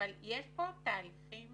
אבל יש פה תהליכים